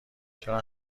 چرا